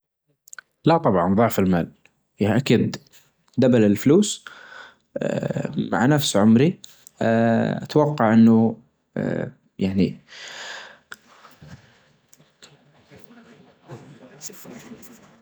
عدد الكتب التي يقرأها السعودي النجدي سنويًا يعتمد على عدة عوامل مثل الاهتمامات الشخصية، التفرغ، والتشجيع الثقافي بعظ الدراسات تشير إلى أن الفرد العربي يقرأ أقل من كتاب سنويًا في المتوسط أما بالنسبة لعدد الكتب التي يمكن أن يقرأها شخص خلال حياته، فهذا يتوقف على عاداته في القراءة. إذا افترظنا أن شخصًا يجرا بمعدل كتابين شهريًا منذ عمر عشرين وحتى سبعين عامًا، فسيكون العدد الإجمالي حوالي الف ومائتين كتاب تجريبًا.